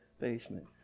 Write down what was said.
basement